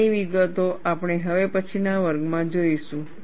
તેની વિગતો આપણે હવે પછીના વર્ગમાં જોઈશું